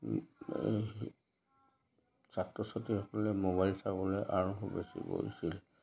ছাত্ৰ ছাত্ৰীসকলে মোবাইল চাবলৈ আৰম্ভ বেছি কৰিছিল